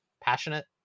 passionate